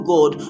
God